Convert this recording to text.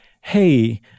hey